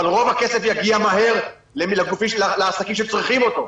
אבל רוב הכסף יגיע מהר לעסקים שצריכים אותו.